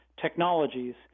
technologies